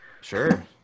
Sure